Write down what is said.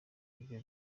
ibyo